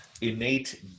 innate